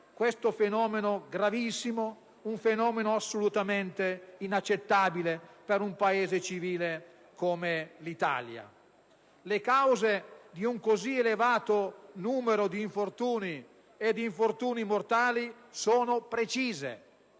un fenomeno gravissimo, assolutamente inaccettabile per un Paese civile come l'Italia. Le cause di un così elevato numero di infortuni e di infortuni mortali sono precise.